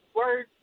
word